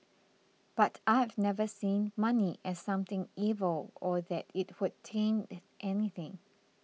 but I have never seen money as something evil or that it would taint anything